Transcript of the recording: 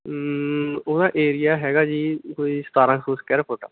ਉਹ ਨਾ ਏਰੀਆ ਹੈਗਾ ਜੀ ਕੋਈ ਸਤਾਰਾਂ ਕੁ ਸੌ ਸਕੇਅਰ ਫੁੱਟ